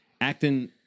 acting